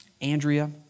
Andrea